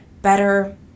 Better